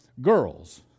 Girls